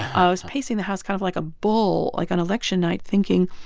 i was pacing the house kind of like a bull, like, on election night, thinking,